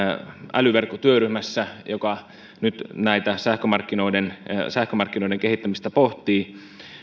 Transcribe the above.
älyverkkotyöryhmässä joka nyt sähkömarkkinoiden sähkömarkkinoiden kehittämistä pohtii